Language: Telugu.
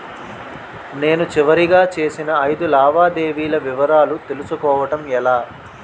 నేను చివరిగా చేసిన ఐదు లావాదేవీల వివరాలు తెలుసుకోవటం ఎలా?